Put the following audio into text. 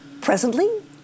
Presently